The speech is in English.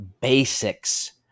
basics